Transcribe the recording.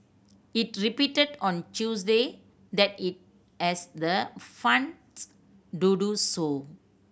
it repeated on Tuesday that it has the funds to do so